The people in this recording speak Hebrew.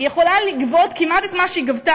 היא יכולה לגבות כמעט את מה שהיא גבתה